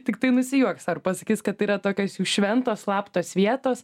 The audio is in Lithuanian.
tiktai nusijuoks ar pasakys kad yra tokios jų šventos slaptos vietos